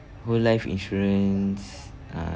whole life insurance uh